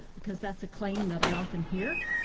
because that's a claim that i often hear.